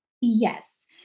Yes